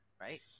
right